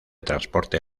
transporte